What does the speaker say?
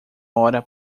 hora